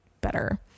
better